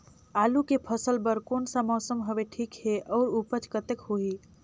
आलू के फसल बर कोन सा मौसम हवे ठीक हे अउर ऊपज कतेक होही?